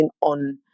on